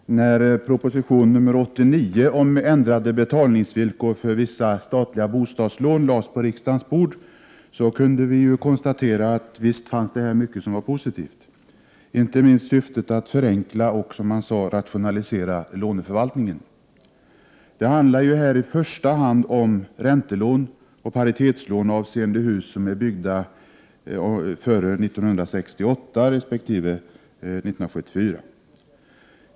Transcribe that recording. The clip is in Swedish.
Fru talman! När proposition 89 om ändrade betalningsvillkor för vissa statliga bostadslån lades på riksdagens bord, kunde vi konstatera att det fanns mycket som var positivt i den, inte minst syftet att förenkla och rationalisera låneförvaltningen. : Det handlar här i första hand om räntelån och paritetslån avseende hus som är byggda eller ombyggda under åren 1968-1974.